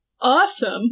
awesome